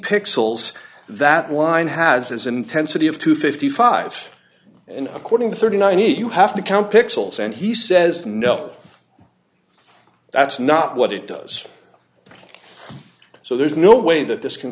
pixels that line has as intensity of two hundred and fifty five and according to thirty nine you have to count pixels and he says no that's not what it does so there's no way that this can